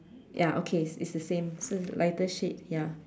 ya okay it's the same so is lighter shade ya